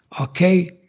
Okay